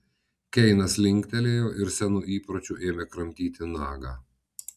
keinas linktelėjo ir senu įpročiu ėmė kramtyti nagą